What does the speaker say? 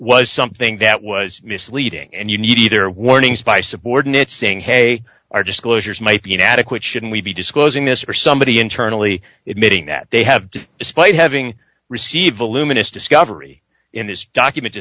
was something that was misleading and you need either warnings by subordinates saying hey our disclosures might be inadequate should we be disclosing this or somebody internally admitting that they have despite having received the luminous discovery in this document